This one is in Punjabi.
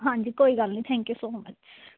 ਹਾਂਜੀ ਕੋਈ ਗੱਲ ਨਹੀਂ ਥੈਂਕ ਯੂ ਸੋ ਮਚ